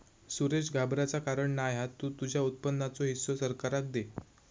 सुरेश घाबराचा कारण नाय हा तु तुझ्या उत्पन्नाचो हिस्सो सरकाराक दे